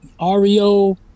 Ario